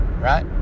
Right